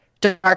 dark